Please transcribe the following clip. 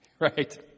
Right